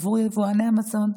עבור יבואני המזון.